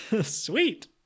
sweet